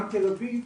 גם תל אביב,